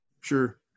Sure